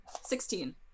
sixteen